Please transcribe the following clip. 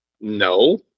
No